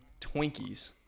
twinkies